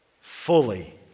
Fully